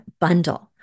bundle